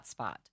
hotspot